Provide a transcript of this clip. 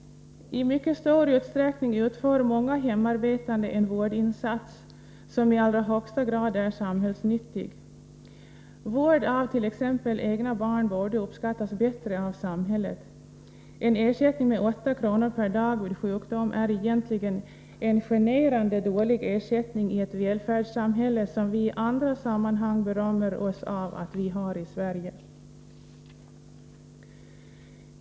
I mycket stor utsträckning utför hemarbetande en vårdinsats som i allra högsta grad är samhällsnyttig. Vård av t.ex. egna barn borde uppskattas bättre av samhället. En ersättning med 8 kr. per dag vid sjukdom är egentligen en generande dålig ersättning i ett välfärdssamhälle som vi i andra sammanhang berömmer oss av att ha i Sverige.